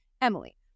Emily